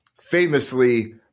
famously